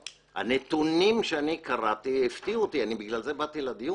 הנתונים שאני קראתי הפתיעו אותי ולכן באתי לדיון,